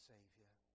Savior